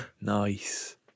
Nice